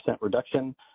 reduction